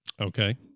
Okay